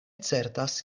certas